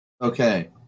Okay